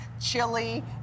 chili